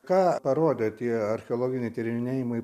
ką parodė tie archeologiniai tyrinėjimai